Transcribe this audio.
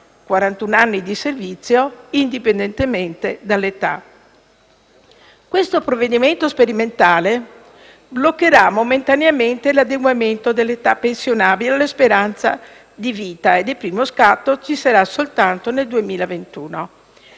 anni di servizio indipendentemente dall'età. Questo provvedimento sperimentale bloccherà momentaneamente l'adeguamento dell'età pensionabile alla speranza di vita e il primo scatto ci sarà soltanto nel 2021.